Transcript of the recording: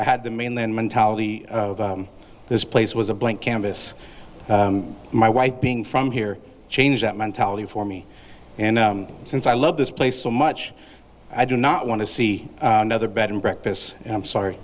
i had the mainland mentality this place was a blank canvas my white being from here change that mentality for me and since i love this place so much i do not want to see another bed and breakfasts and i'm sorry